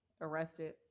arrested